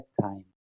time